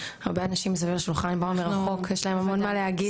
אנשים מסביב לשולחן שבאו מרחוק ושיש להם הרבה מה להגיד,